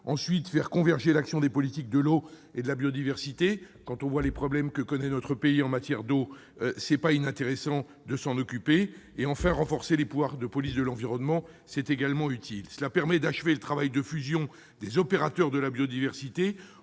-, faire converger l'action des politiques de l'eau et de la biodiversité- quand on voit les problèmes que connaît notre pays dans le domaine de l'eau, il n'est pas inintéressant de s'en préoccuper -et renforcer les pouvoirs de police de l'environnement. Cela permet d'achever le travail de fusion des opérateurs de la biodiversité